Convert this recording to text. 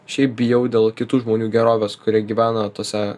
šiaip bijau dėl kitų žmonių gerovės kuri gyvena tose